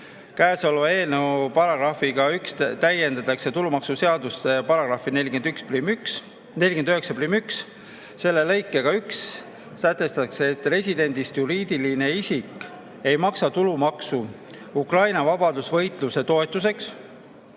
Eelnõu §-ga 1 täiendatakse tulumaksuseadust §-ga 491. Selle lõikega 1 sätestatakse, et residendist juriidiline isik ei maksa tulumaksu Ukraina vabadusvõitluse toetuseks,